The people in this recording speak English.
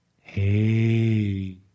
Hey